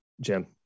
Jim